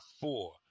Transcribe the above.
four